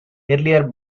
earlier